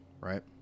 Right